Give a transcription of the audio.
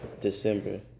december